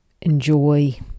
enjoy